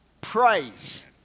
praise